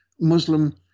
Muslim